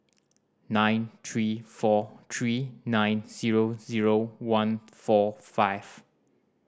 nine three four three nine zero zero one four five